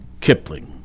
Kipling